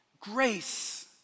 grace